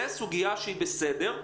זו סוגיה שהיא בסדר,